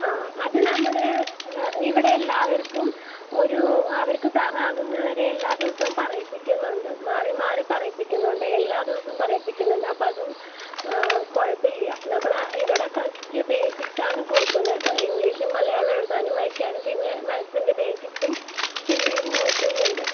ആ അത് നമ്മൾ ഇവിടെ എല്ലാവർക്കും ഒരു അവർക്ക് തറോ ആകുന്നത് വരെ എല്ലാ ദിവസവും പറയിപ്പിക്കുന്നുണ്ട് മാറി മാറി പറയിപ്പിക്കുന്നുണ്ട് എല്ലാ ദിവസവും പറയിപ്പിക്കുന്നുണ്ട് അപ്പം അതും കുഴപ്പമില്ല നമ്മൾ ആ ഇവിടെ ഫസ്റ്റ് ബേസിക്സ് ആണ് കൊടുക്കുന്നത് അപ്പം ഇംഗ്ലീഷും മലയാളവും എഴുതാനും വായിക്കാനും പിന്നെ മാത്സിൻ്റെ ബേസിക്സും ഹിന്ദിയും നോക്കുന്നുണ്ട്